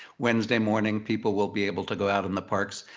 wednesday morning, people will be able to go out in the parks.